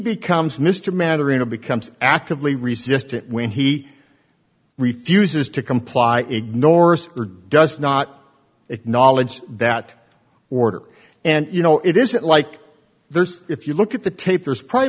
becomes mr mattering to becomes actively resist it when he refuses to comply ignores or does not acknowledge that order and you know it isn't like there's if you look at the tape there's probably